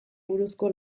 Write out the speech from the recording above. buruzko